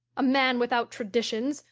a man without traditions,